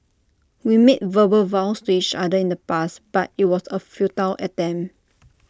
we made verbal vows to each other in the past but IT was A futile attempt